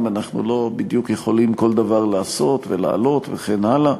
אנחנו לא בדיוק יכולים כל דבר לעשות ולעלות וכן הלאה.